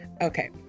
Okay